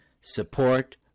Support